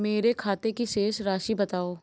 मेरे खाते की शेष राशि बताओ?